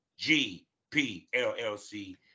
G-P-L-L-C